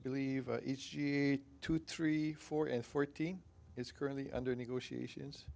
believe two three four and fourteen is currently under negotiations